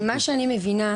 ממה שאני מבינה,